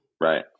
Right